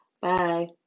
Bye